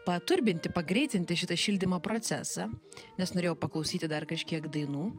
paturbinti pagreitinti šitą šildymo procesą nes norėjau paklausyti dar kažkiek dainų